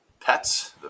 pets